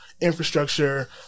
Infrastructure